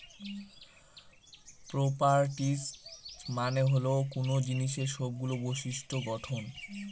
properties মানে হল কোনো জিনিসের সবগুলো বিশিষ্ট্য গঠন